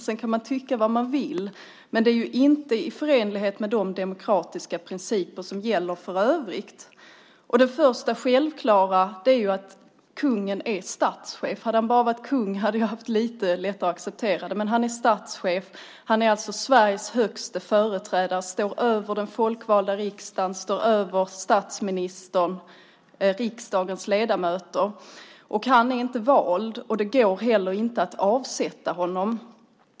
Sedan kan man tycka vad man vill, men det är inte förenligt med de demokratiska principer som gäller för övrigt. Det första, självklara, är att kungen är statschef. Hade han bara varit kung så hade jag haft lite lättare att acceptera det, men han är statschef. Han är alltså Sveriges högste företrädare och står över den folkvalda riksdagen, över statsministern och riksdagens ledamöter. Han är inte vald, och det går inte heller att avsätta honom.